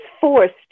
forced